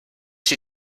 she